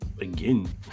again